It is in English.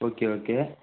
okay okay